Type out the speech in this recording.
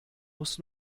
muss